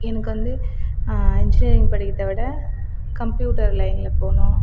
எனக்கு வந்து இன்ஜினியரிங் படிக்கிறதை விட கம்ப்யூட்டர் லைனில் போகணும்